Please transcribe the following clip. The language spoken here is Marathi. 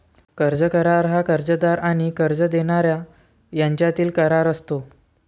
कर्ज करार हा कर्जदार आणि कर्ज देणारा यांच्यातील करार असतो